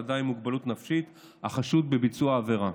אדם עם מוגבלות נפשית החשוד בביצוע העבירה,